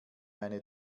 eine